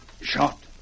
shot